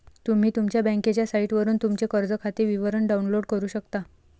तुम्ही तुमच्या बँकेच्या साइटवरून तुमचे कर्ज खाते विवरण डाउनलोड करू शकता